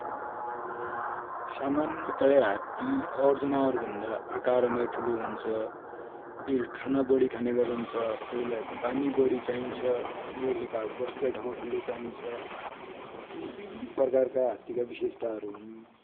सामान्यतया हात्ति और जनावर भन्दा आकार माइ ठुलो हुन्छ, यैले खाना बडी खाने गरन्छ, पानि बडी चाइन्छ, यैकि लेखा बस्ने ठाउ ठूलो चाइन्छ, यि प्रकारका हातिका बिशेषता हुन।